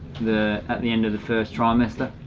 the at the end of the first trimester.